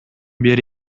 бере